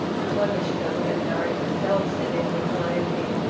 i wonder she doesn't get married herself, said edwin idly,